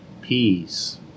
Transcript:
peace